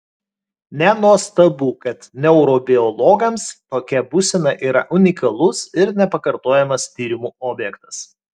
nenuostabu kad neurobiologams tokia būsena yra unikalus ir nepakartojamas tyrimų objektas